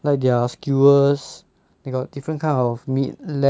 like their skewers they got different kind of meat lamb meat